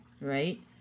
right